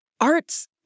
arts